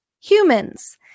humans